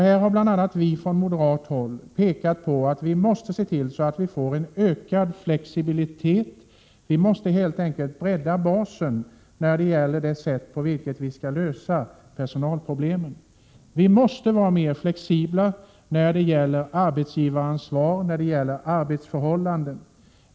Det har bl.a. från moderat håll pekats på att vi måste se till att få en ökad flexibilitet. Vi måste helt enkelt bredda basen när det gäller det sätt på vilket vi skall lösa personalproblemen. Vi måste vara mer flexibla när det gäller arbetsgivaransvar och när det gäller arbetsförhållanden.